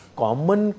common